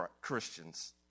Christians